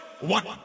one